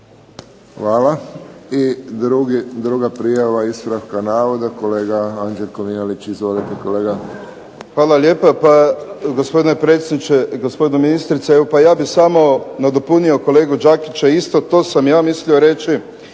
Hvala. I druga prijava ispravka navoda kolega Anđelko Mihalić. Izvolite. **Mihalić, Anđelko (HDZ)** Hvala lijepa. Pa gospodine predsjedniče, gospođo ministrice. Pa ja bih samo nadopunio kolegu Đakića. Isto to sam i ja mislio reći.